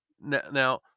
Now